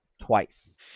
twice